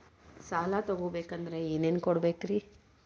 ಸಾಲ ತೊಗೋಬೇಕಂದ್ರ ಏನೇನ್ ಕೊಡಬೇಕ್ರಿ?